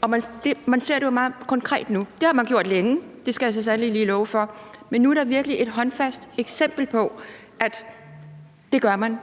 og det ser vi jo meget konkret nu; det har vi kunnet længe, skal jeg så sandelig lige love for, men nu er der virkelig et håndfast eksempel på, at man gør det.